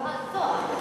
אה, תואר, כן.